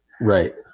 Right